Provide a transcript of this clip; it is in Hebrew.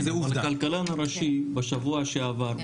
אבל הכלכלן הראשי בשבוע שעבר,